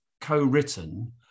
co-written